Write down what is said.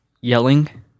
yelling